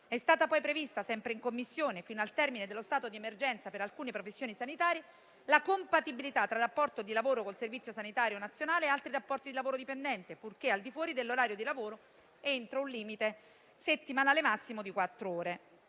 È stato poi previsto sempre in Commissione, fino al termine dello stato di emergenza, la compatibilità per alcune professioni sanitarie tra rapporto di lavoro con il Servizio sanitario nazionale e altri rapporti di lavoro dipendente, purché al di fuori dell'orario di lavoro ed entro un limite settimanale massimo di quattro ore.